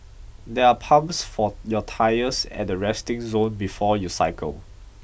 there are pumps for your tyres at the resting zone before you cycle